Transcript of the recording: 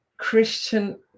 Christian